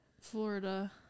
Florida